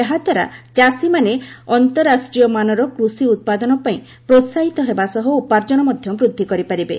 ଏହାଦ୍ୱାରା ଚାଷୀମାନେ ଅନ୍ତରାଷ୍ଟ୍ରୀୟ ମାନର କୃଷି ଉତ୍ପାଦନ ପାଇଁ ପ୍ରୋସାହିତ ହେବା ସହ ଉପାର୍ଜନ ମଧ୍ୟ ବୃଦ୍ଧି କରିପାରିବେ